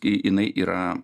jinai yra